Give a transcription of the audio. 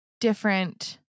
different